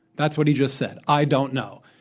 that's what he just said, i don't know.